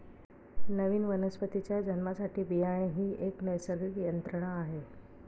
नवीन वनस्पतीच्या जन्मासाठी बियाणे ही एक नैसर्गिक यंत्रणा आहे